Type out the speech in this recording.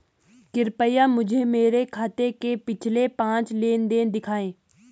कृपया मुझे मेरे खाते के पिछले पांच लेन देन दिखाएं